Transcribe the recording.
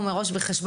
השרים אפילו סיכמו